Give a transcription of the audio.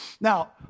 Now